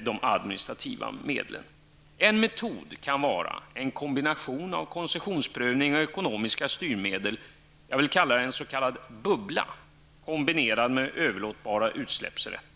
de administrativa medlen. En metod kan vara en kombination av koncessionsprövning och ekonomiska styrmedel, något som jag vill kalla en bubbla, kopplad till överlåtbara utsläppsrätter.